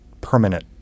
permanent